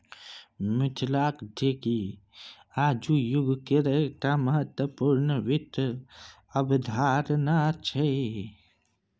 मिथिलाक ढेकी आजुक युगकेर एकटा महत्वपूर्ण वित्त अवधारणा छै